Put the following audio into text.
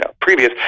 previous